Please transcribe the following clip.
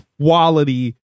quality